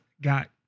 got